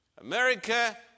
America